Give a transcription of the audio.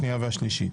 השנייה והשלישית.